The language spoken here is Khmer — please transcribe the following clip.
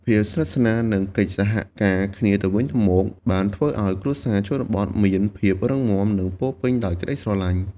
ភាពស្និទ្ធស្នាល និងកិច្ចសហការគ្នាទៅវិញទៅមក បានធ្វើឲ្យគ្រួសារជនបទមានភាពរឹងមាំ និងពោរពេញដោយក្តីស្រឡាញ់។